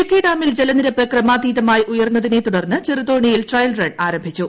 ഇടുക്കി ഡാമിൽ ജ്ലനിരപ്പ് ക്രമാതീതമായി ന് ഉയർന്നതിനെ തുടർന്ന് ചെറുതോണിയിൽ ട്രയൽ റൺ ആരംഭിച്ചു